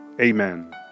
amen